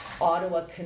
Ottawa